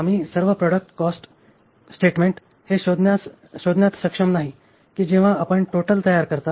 आम्ही सर्व प्रॉडक्टचे कॉस्ट स्टेटमेंट हे शोधण्यात सक्षम नाही की जेव्हा आपण टोटल तयार करता